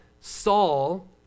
Saul